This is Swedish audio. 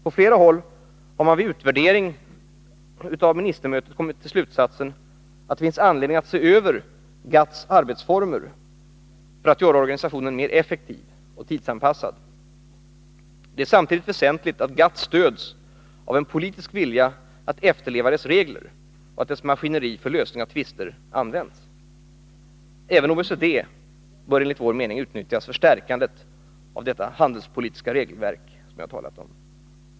På flera håll har man vid utvärdering av ministermötet kommit till slutsatsen att det finns anledning att se över GATT:s arbetsformer för att göra organisationen mer effektiv och tidsanpassad. Det är samtidigt väsentligt att GATT stöds av en politisk vilja att efterleva dess regler och att dess maskineri för lösning av tvister används. Även OECD bör enligt vår mening utnyttjas för stärkandet av det handelspolitiska regelverk som jag har talat om.